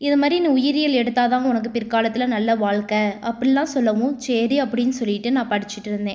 இது மாதிரி நீ உயிரியல் எடுத்தால் தான் உனக்கு பிற்காலத்தில் நல்ல வாழ்க்கை அப்படிலா சொல்லவும் சரி அப்படினு சொல்லிகிட்டு நான் படிச்சுட்டு இருந்தேன்